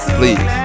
please